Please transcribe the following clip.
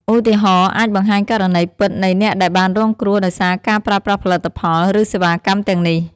ឧទាហរណ៍ អាចបង្ហាញករណីពិតនៃអ្នកដែលបានរងគ្រោះដោយសារការប្រើប្រាស់ផលិតផល ឬសេវាកម្មទាំងនេះ។